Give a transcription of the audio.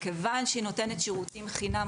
מכיוון שהיא נותנת שירותי חינם,